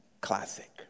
classic